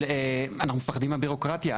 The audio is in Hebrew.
אנחנו מפחדים מהבירוקרטיה.